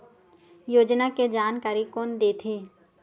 योजना के जानकारी कोन दे थे?